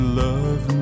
love